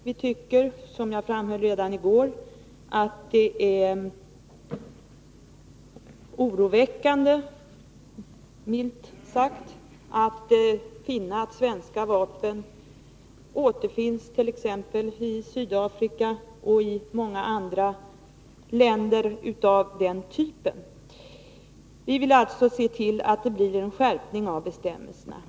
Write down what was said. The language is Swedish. Vi tycker, som jag framhöll redan i går, att det är oroväckande — milt sagt — att finna att svenska vapen återfinns i Sydafrika och i många andra länder av den typen. Vi vill alltså se till att det blir en skärpning av bestämmelserna.